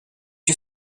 you